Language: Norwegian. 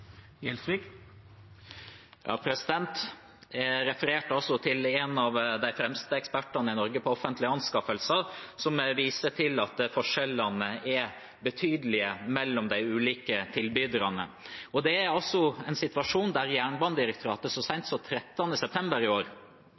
Jeg refererte også til en av de fremste ekspertene i Norge på offentlige anskaffelser, som viser til at forskjellene er betydelige mellom de ulike tilbyderne. Det er en situasjon der Jernbanedirektoratet så sent som den 13. september i år